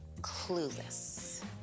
clueless